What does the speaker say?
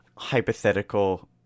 hypothetical